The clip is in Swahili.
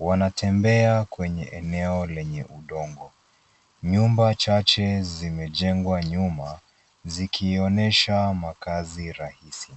Wanatembea kwenye eneo lenye udongo. Nyumba chache zimejengwa nyuma, zikionesha makazi rahisi.